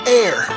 air